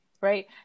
Right